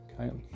okay